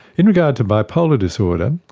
in regard to bipolar disorder,